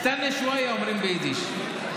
סטנה שוואיה, אומרים ביידיש.